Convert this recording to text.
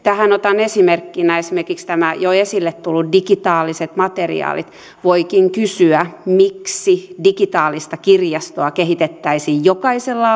tähän otan esimerkiksi nämä jo esille tulleet digitaaliset materiaalit voikin kysyä miksi digitaalista kirjastoa kehitettäisiin jokaisella